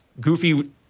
goofy